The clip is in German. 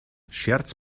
scherz